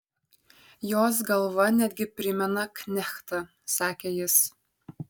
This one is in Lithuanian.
jos galva netgi primena knechtą sakė jis